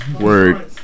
Word